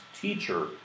teacher